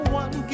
one